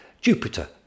Jupiter